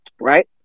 right